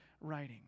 writing